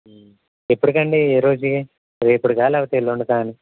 ఎప్పుటికి అండి ఏ రోజుకి రేపటికా లేకపోతే ఎల్లుండికా అని